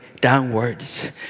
downwards